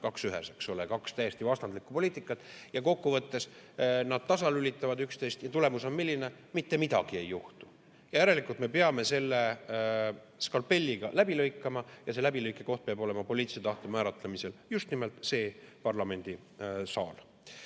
kaks ühes, eks ole, kaks täiesti vastandlikku poliitikat. Kokkuvõttes nad tasalülitavad üksteist. Tulemus on milline? Mitte midagi ei juhtu. Järelikult, me peame selle skalpelliga läbi lõikama ja see läbilõikekoht peab olema poliitilise tahte määratlemisel just nimelt see parlamendisaal.